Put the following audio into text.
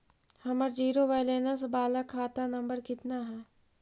हमर zero balance बाला खाता नम्बर कितना है?